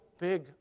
big